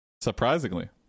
surprisingly